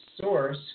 source